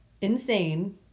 insane